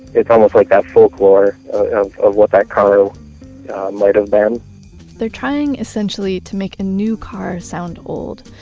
it's almost like that folklore of what that car might've been they're trying essentially to make a new car sound old,